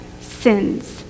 sins